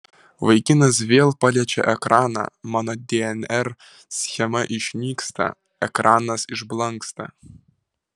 vaikinas vėl paliečia ekraną mano dnr schema išnyksta ekranas išblanksta